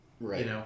Right